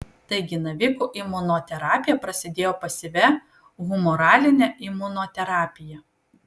taigi navikų imunoterapija prasidėjo pasyvia humoraline imunoterapija